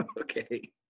Okay